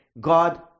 God